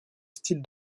style